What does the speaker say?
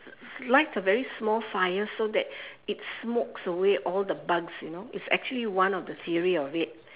light a very small fire so that it smokes away all the bugs you know it's actually one of the theory of it